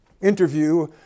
interview